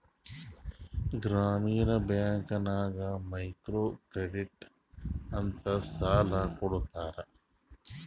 ಗ್ರಾಮೀಣ ಬ್ಯಾಂಕ್ ನಾಗ್ micro credit ಅಂತ್ ಸಾಲ ಕೊಡ್ತಾರ